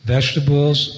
vegetables